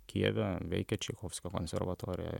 kijeve veikia čaikovskio konservatorija